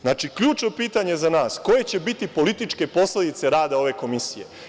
Znači, ključno pitanje za nas je – koje će biti političke posledice rada ove komisije?